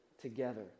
together